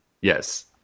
Yes